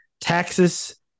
taxes